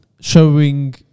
showing